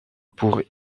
pour